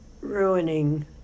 ruining